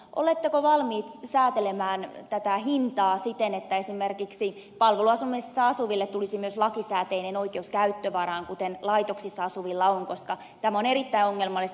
oletteko valmiit säätelemään tätä hintaa siten että esimerkiksi palveluasunnoissa asuville tulisi myös lakisääteinen oikeus käyttövaraan kuten laitoksissa asuvilla on koska tämä on erittäin ongelmallista